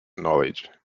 knowledge